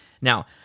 Now